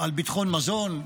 על ביטחון מזון,